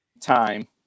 time